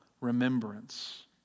remembrance